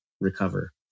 recover